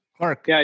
Mark